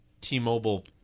T-Mobile